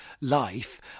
life